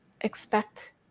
Expect